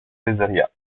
ceyzériat